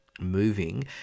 moving